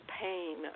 pain